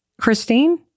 Christine